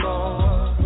Lord